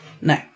no